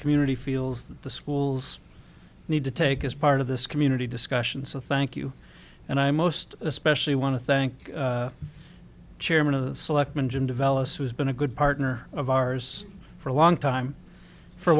community feels that the schools need to take as part of this community discussion so thank you and i most especially want to thank chairman of the selectmen jim develops who's been a good partner of ours for a long time for